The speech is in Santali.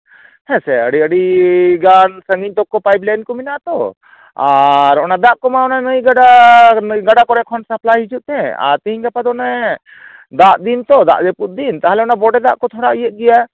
ᱦᱮᱸᱥᱮ ᱟᱹᱰᱤ ᱟᱹᱰᱤ ᱜᱟᱱ ᱥᱟᱺᱜᱤᱧ ᱛᱚᱠᱠᱚ ᱯᱟᱭᱤᱯ ᱞᱟᱭᱤᱱ ᱠᱚ ᱢᱮᱱᱟᱜ ᱟᱛᱚ ᱟᱨ ᱚᱱᱟ ᱫᱟᱜ ᱠᱚᱢᱟ ᱚᱱᱟ ᱱᱟᱹᱭ ᱜᱟᱰᱟ ᱜᱟᱰᱟ ᱠᱚᱨᱮ ᱠᱷᱚᱱ ᱥᱟᱯᱞᱟᱭ ᱦᱤᱡᱩᱜ ᱛᱟᱦᱮᱸᱡ ᱟᱨ ᱛᱮᱦᱮᱧ ᱜᱟᱯᱟ ᱫᱚ ᱚᱱᱮ ᱫᱟᱜ ᱫᱤᱱ ᱛᱚ ᱫᱟᱜ ᱡᱟᱹᱯᱩᱫ ᱫᱤᱱ ᱛᱟᱦᱚᱞᱮ ᱚᱱᱟ ᱵᱚᱰᱮ ᱫᱟᱜ ᱠᱚ ᱛᱷᱚᱲᱟ ᱤᱭᱟᱹᱜ ᱜᱮᱭᱟ